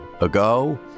ago